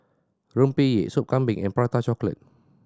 rempeyek Sop Kambing and Prata Chocolate